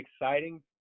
exciting